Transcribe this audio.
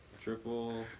Triple